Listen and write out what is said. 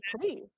please